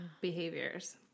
behaviors